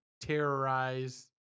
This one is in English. terrorize